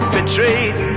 Betrayed